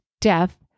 death